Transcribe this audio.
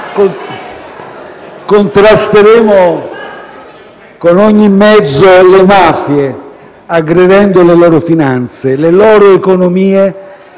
Contrasteremo con ogni mezzo le mafie, aggredendo le loro finanze, le loro economie